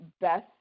best